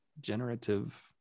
Generative